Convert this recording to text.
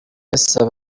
isaba